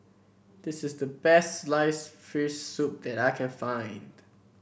this is the best sliced fish soup that I can find